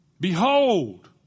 Behold